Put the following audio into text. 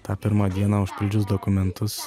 tą pirmą dieną užpildžius dokumentus